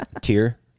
tier